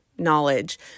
knowledge